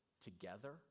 together